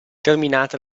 terminata